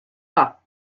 pas